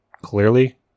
Clearly